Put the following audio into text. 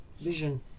vision